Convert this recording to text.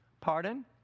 Pardon